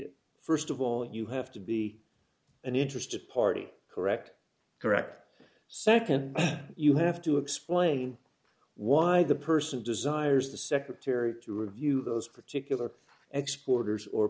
it st of all you have to be an interested party correct correct nd you have to explain why the person desires the secretary to review those particular exporters or